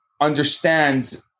understand